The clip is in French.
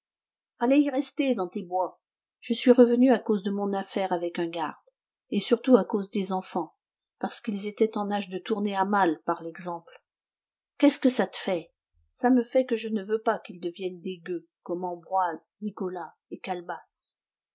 fallait y rester dans tes bois je suis revenu à cause de mon affaire avec un garde et surtout à cause des enfants parce qu'ils étaient en âge de tourner à mal par l'exemple qu'est-ce que ça te fait ça me fait que je ne veux pas qu'ils deviennent des gueux comme ambroise nicolas et calebasse